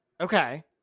Okay